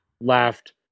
laughed